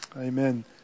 Amen